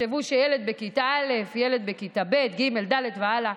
תחשבו שילד בכיתה א', ילד בכיתה ב', ג', ד' והלאה,